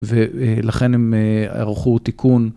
ולכן הם ערכו תיקון.